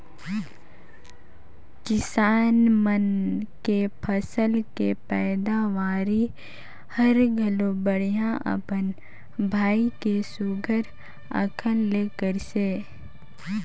किसान मन के फसल के पैदावरी हर घलो बड़िहा अपन भाई के सुग्घर अकन ले करिसे